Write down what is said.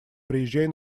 приезжай